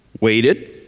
waited